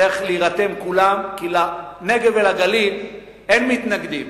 צריך להירתם, כולם, כי לנגב ולגליל אין מתנגדים.